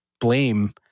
blame